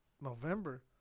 November